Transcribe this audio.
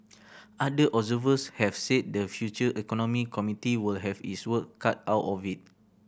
other have said the future economy committee will have its work cut out of it